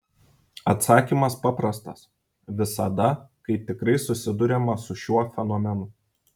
atsakymas paprastas visada kai tikrai susiduriama su šiuo fenomenu